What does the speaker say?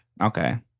Okay